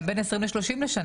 הם בין 20 ל-30 בשנה,